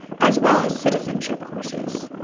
as well as citizenship courses.